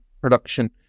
production